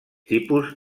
tipus